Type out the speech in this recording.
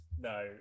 No